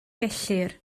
gellir